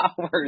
hours